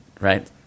Right